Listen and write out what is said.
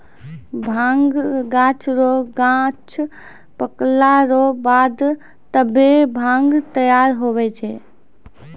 भांगक गाछ रो गांछ पकला रो बाद तबै भांग तैयार हुवै छै